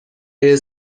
های